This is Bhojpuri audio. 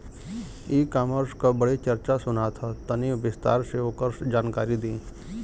ई कॉमर्स क बड़ी चर्चा सुनात ह तनि विस्तार से ओकर जानकारी दी?